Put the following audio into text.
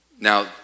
Now